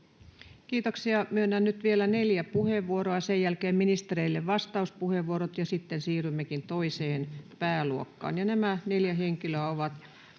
Kiitoksia. — Myönnän nyt vielä neljä puheenvuoroa, ja sen jälkeen ministereille vastauspuheenvuorot, ja sitten siirryimmekin toiseen pääluokkaan. Nämä neljä henkilöä ovat